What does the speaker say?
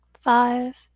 Five